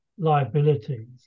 liabilities